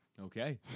Okay